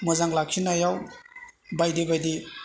मोजां लाखिनायाव बायदि बायदि